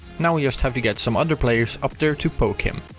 now we just have to get some other players up there to poke him,